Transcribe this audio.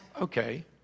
okay